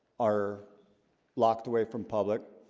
are locked away from public,